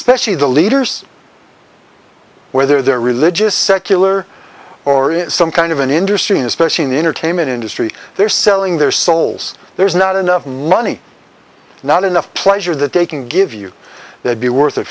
especially the leaders whether they're religious secular or in some kind of an industry especially in the entertainment industry they're selling their souls there's not enough money not enough pleasure that they can give you that be worth it